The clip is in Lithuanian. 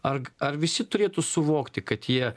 ark ar visi turėtų suvokti kad jie